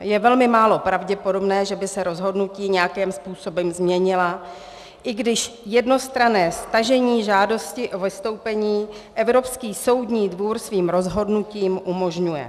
Je velmi málo pravděpodobné, že by se rozhodnutí nějakým způsobem změnilo, i když jednostranné stažení žádosti o vystoupení Evropský soudní dvůr svým rozhodnutím umožňuje.